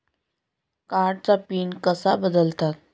कार्डचा पिन कसा बदलतात?